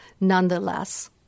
nonetheless